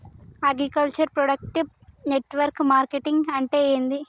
Agriculture product network marketing అంటే ఏంది?